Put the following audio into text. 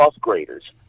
graders